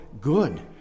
good